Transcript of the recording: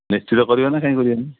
ନିଶ୍ଚିତ କରିବା ନା କାଇଁ କରିବାନି